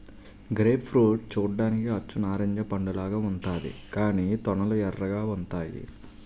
grape fruit చూడ్డానికి అచ్చు నారింజ పండులాగా ఉంతాది కాని తొనలు ఎర్రగా ఉంతాయి